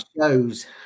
shows